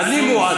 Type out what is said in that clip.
אני מוּעד,